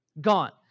Gone